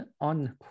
on